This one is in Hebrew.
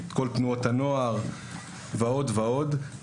כל תנועות הנוער ועוד ועוד.